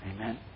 Amen